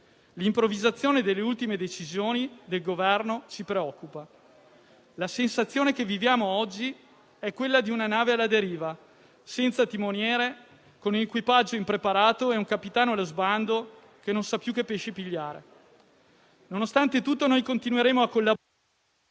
L'improvvisazione delle ultime decisioni del Governo ci preoccupa. La sensazione che viviamo oggi è quella di una nave alla deriva, senza timoniere, con l'equipaggio impreparato e un capitano allo sbando, che non sa più che pesci pigliare. Nonostante tutto, continueremo a collaborare